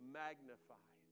magnify